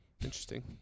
interesting